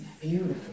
beautiful